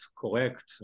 correct